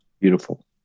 Beautiful